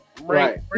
Right